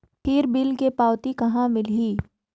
फिर बिल के पावती कहा मिलही?